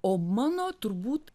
o mano turbūt